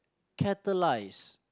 catalyse